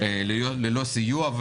ללא סיוע.